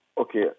Okay